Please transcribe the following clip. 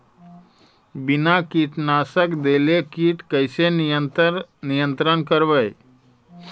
बिना कीटनाशक देले किट कैसे नियंत्रन करबै?